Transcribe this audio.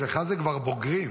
אצלך זה כבר בוגרים,